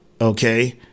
Okay